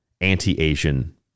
anti-Asian